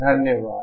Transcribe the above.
धन्यवाद